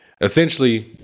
Essentially